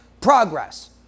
progress